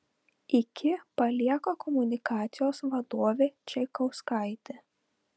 iki palieka komunikacijos vadovė čaikauskaitė